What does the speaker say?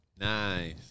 Nice